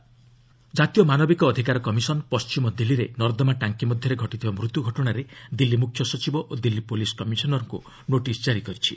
NHRC Delhi ଜାତୀୟ ମାନବିକ ଅଧିକାର କମିଶନ୍ ପଶ୍ଚିମ ଦିଲ୍ଲୀରେ ନର୍ଦ୍ଦମା ଟାଙ୍କୀ ମଧ୍ୟରେ ଘଟିଥିବା ମୃତ୍ୟୁ ଘଟଣାରେ ଦିଲ୍ଲୀ ମୁଖ୍ୟ ସଚିବ ଓ ଦିଲ୍ଲୀ ପୁଲିସ୍ କମିଶନର୍ଙ୍କ ନୋଟିସ୍ ଜାରି କରିଛି